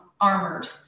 armored